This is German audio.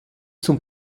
zum